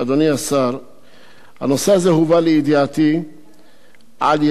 הנושא הזה הובא לידיעתי על-ידי פעילי זכויות האסיר